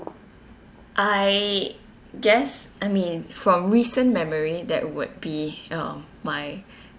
I guess I mean from recent memory that would be um my